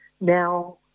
now